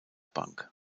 bank